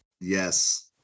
Yes